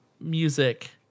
music